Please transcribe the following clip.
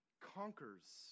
conquers